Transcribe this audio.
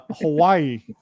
Hawaii